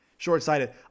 short-sighted